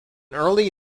early